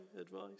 advice